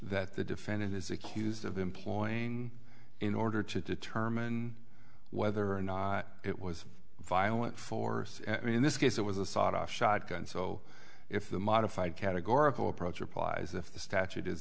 that the defendant is accused of employing in order to determine whether or not it was violent force in this case it was a sawed off shotgun so if the modified categorical approach applies if the statute is